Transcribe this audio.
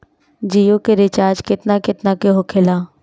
जियो के रिचार्ज केतना केतना के होखे ला?